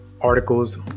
articles